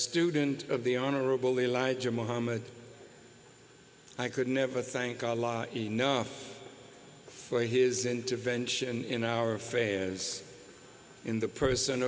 student of the honorable elijah muhammad i could never thank allah enough for his intervention in our affairs in the person